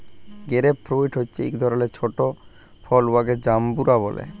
grape fruit হছে ইক ধরলের ছট ফল উয়াকে জাম্বুরা ব্যলে